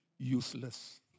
Useless